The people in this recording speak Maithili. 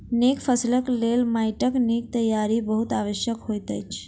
नीक फसिलक लेल माइटक नीक तैयारी बहुत आवश्यक होइत अछि